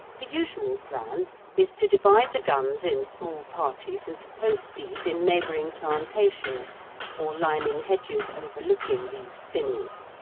the usual plan is to divide the guns in small parties and to post these in neighbouring plantations or lining hedges overlooking these spinneys.